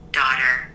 daughter